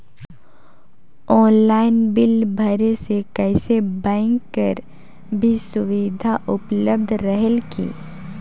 Online bill भरे से कइसे बैंक कर भी सुविधा उपलब्ध रेहेल की?